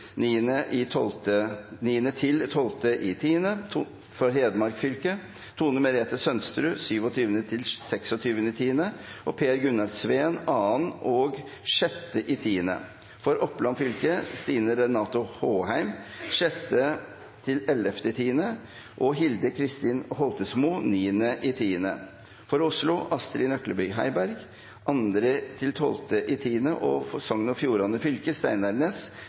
For Hedmark fylke: Tone Merete Sønsterud 7.–26. oktober og Per-Gunnar Sveen 2. og 6. oktober. For Oppland fylke: Stine Renate Håheim 6.–11. oktober og Hilde Kristin Holtesmo 9. oktober. For Oslo: Astrid Nøklebye Heiberg 2.–12. oktober. For Sogn og Fjordane fylke: Steinar Ness